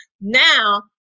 now